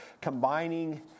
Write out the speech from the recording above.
combining